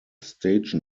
stage